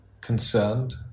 concerned